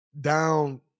Down